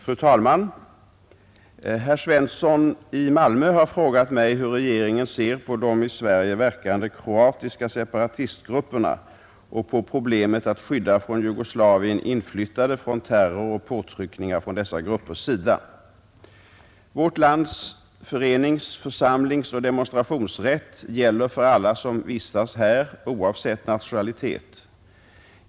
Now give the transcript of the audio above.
Fru talman! Herr Svensson i Malmö har frågat mig hur regeringen ser på de i Sverige verkande kroatiska separatistgrupperna och på problemet att skydda från Jugoslavien inflyttade från terror och påtryckningar från dessa gruppers sida. Vårt lands förenings-, församlingsoch demonstrationsrätt gäller för alla som vistas här oavsett nationalitet.